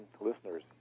listeners